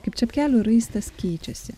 kaip čepkelių raistas keičiasi